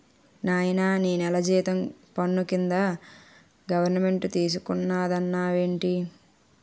నాయనా నీ నెల జీతం పన్ను కింద గవరమెంటు తీసుకున్నాదన్నావేటి